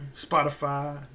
Spotify